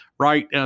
right